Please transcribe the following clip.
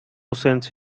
sense